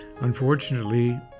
Unfortunately